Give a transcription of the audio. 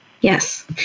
Yes